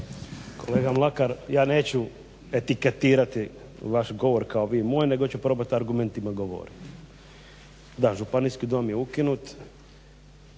Kolega Mlakar ja neću etiketirati vaš govor kao vi moj nego ću probati argumentima govoriti. Da županijski dom je ukinut